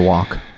walk?